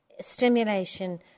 stimulation